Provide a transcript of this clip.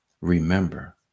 remember